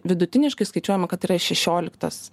vidutiniškai skaičiuojama kad yra šešioliktas